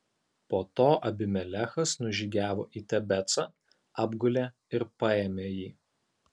po to abimelechas nužygiavo į tebecą apgulė ir paėmė jį